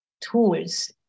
tools